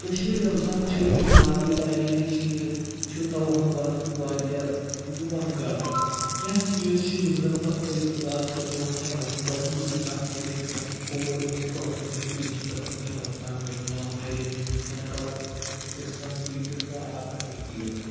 کٔشیٖر یۄس زَن چھِ یہِ علا یہِ ایرِیا ہٕے چھِ چھُ تَوہَم پرستُک واریاہ پرٛون گڈٕ کینٛہہ چیٖز چھِ یِم زَن بہٕ تۄہِہ اَز ژےٚ برونٛٹھ کَنۍ وَنہٕ گۄڈنِچی کَتھ ییٚلہِ یَتہِ کٲنٛسِہ کھووُر أچھ پھٔہرَن چھِ ییٚتہِ چھِ دَپان کینٛہہ نۄقصان گژھِ کانٛہہ مَرِ یا کانٛہہ تِژھ کانٛہہ چی تیُٚتھ کانٛہہ آفت ہیٚکہِ یِتھ